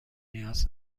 نیاز